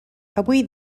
avui